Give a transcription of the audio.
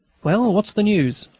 well, what's the news?